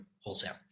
wholesale